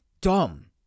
dumb